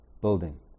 building